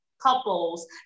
couples